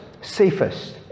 safest